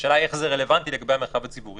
השאלה איך זה רלוונטי לגבי המרחב הציבורי,